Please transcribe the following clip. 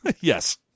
yes